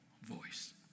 voice